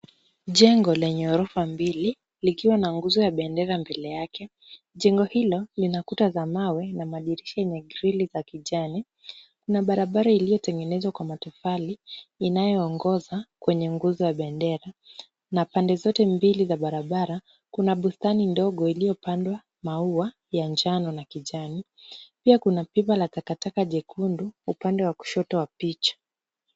Jengo lenye ghorofa mbili likiwa na nguzo ya bendera mbele yake. Jengo hilo lina kuta za mawe na madirisha yenye grili za kijani, kuna barabara iliyotengenezwa kwa matofali inayoongoza kwenye nguzo ya bendera na pande zote mbili za barabara kuna bustani ndogo iliyopandwa maua ya njano na kijani. Pia kuna pipa la takataka jekundu upande wa kushoto wa picha.